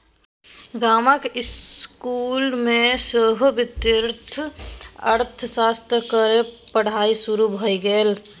गामक इसकुल मे सेहो वित्तीय अर्थशास्त्र केर पढ़ाई शुरू भए गेल